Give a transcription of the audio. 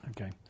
Okay